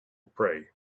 pray